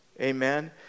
Amen